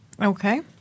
Okay